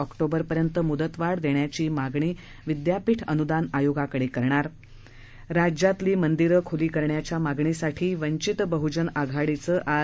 ऑक्टोबरपर्यंत म्दतवाढ देण्याची मागणी विद्यापीठ अन्दान आयोगाकडे करणार राज्यातली मंदिरं ख्ली करण्याच्या मागणीसाठी वंचित बहजन आघाडीचं आज